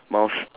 mouse